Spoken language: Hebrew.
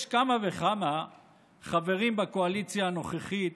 יש כמה וכמה חברים בקואליציה הנוכחית